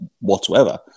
whatsoever